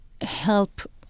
help